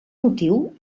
motiu